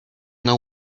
know